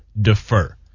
defer